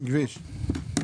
זה